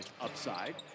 upside